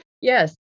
Yes